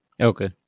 Okay